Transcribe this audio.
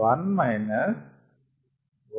50